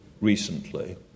recently